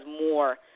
more